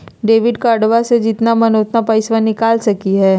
Debit कार्डबा से जितना मन उतना पेसबा निकाल सकी हय?